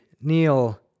Neil